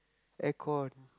aircon